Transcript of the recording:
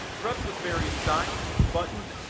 prepped with various signs, buttons,